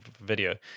video